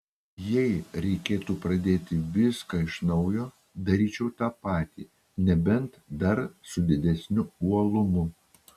jei reikėtų pradėti viską iš naujo daryčiau tą patį nebent dar su didesniu uolumu